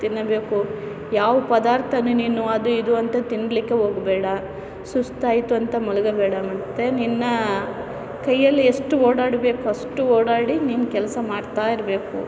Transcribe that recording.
ತಿನ್ನಬೇಕು ಯಾವ ಪದಾರ್ಥನೂ ನೀನು ಅದು ಇದು ಅಂತ ತಿನ್ನಲಿಕ್ಕೆ ಹೋಗಬೇಡ ಸುಸ್ತಾಯಿತು ಅಂತ ಮಲಗ್ಬೇಡ ಮತ್ತೆ ನಿನ್ನ ಕೈಯ್ಯಲ್ಲಿ ಎಷ್ಟು ಓಡಾಡ್ಬೇಕು ಅಷ್ಟು ಓಡಾಡಿ ನೀನು ಕೆಲಸ ಮಾಡ್ತಾಯಿರ್ಬೇಕು